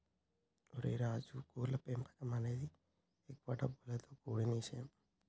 ఓరై రాజు కోళ్ల పెంపకం అనేది ఎక్కువ డబ్బులతో కూడిన ఇషయం